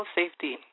safety